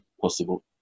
possible